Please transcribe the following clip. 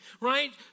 Right